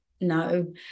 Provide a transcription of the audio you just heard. no